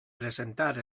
presentar